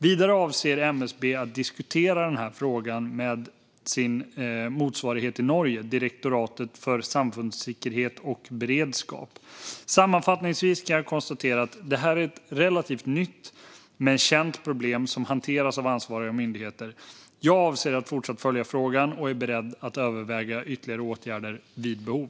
Vidare avser MSB att diskutera frågan med sin motsvarighet i Norge, Direktoratet for samfunnssikkerhet og beredskap. Sammanfattningsvis kan jag konstatera att detta är ett relativt nytt men känt problem som hanteras av ansvariga myndigheter. Jag avser att fortsatt följa frågan och är beredd att överväga ytterligare åtgärder vid behov.